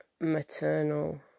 maternal